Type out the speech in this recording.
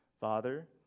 Father